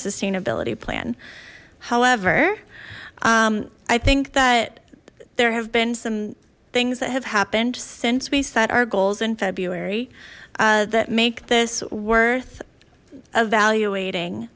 sustainability plan however i think that there have been some things that have happened since we set our goals in february that make this worth evaluating